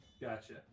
Gotcha